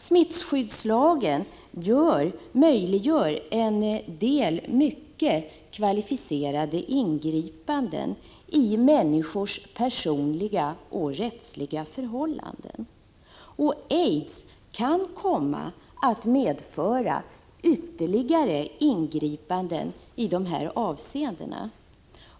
Smittskyddslagen möjliggör en del mycket kvalificerade ingripanden i människors personliga och rättsliga förhållanden, och aids kan komma att medföra ytterligare ingripanden i de här avseendena.